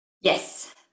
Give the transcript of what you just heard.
Yes